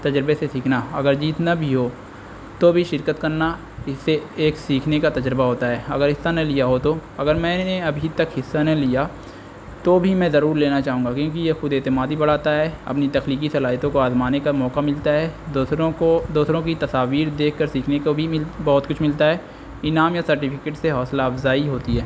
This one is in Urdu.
تجربے سے سیکھنا اگر جیتنا بھی ہو تو بھی شرکت کرنا اس سے ایک سیکھنے کا تجربہ ہوتا ہے اگر حصہ نے لیا ہو تو اگر میں نے ابھی تک حصہ نہ لیا تو بھی میں ضرور لینا چاہوں گا کیونکہ یہ خود اعتمادی بڑھا ہے اپنی تخلیقی صلاحیتوں کو آزمانے کا موقع ملتا ہے دوسروں کو دوسروں کی تصاویر دیکھ کر سیکھنے کو بھیل بہت کچھ ملتا ہے انعام یا سرٹیفکیٹ سے حوصلہ افزائی ہوتی ہے